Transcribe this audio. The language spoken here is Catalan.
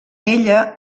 elles